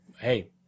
hey